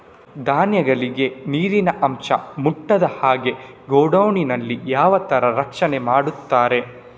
ಧಾನ್ಯಗಳಿಗೆ ನೀರಿನ ಅಂಶ ಮುಟ್ಟದ ಹಾಗೆ ಗೋಡೌನ್ ನಲ್ಲಿ ಯಾವ ತರ ರಕ್ಷಣೆ ಮಾಡ್ತಾರೆ?